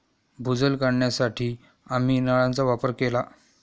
भूजल काढण्यासाठी आम्ही नळांचा वापर केला